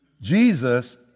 Jesus